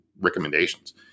recommendations